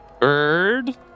bird